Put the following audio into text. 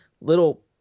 little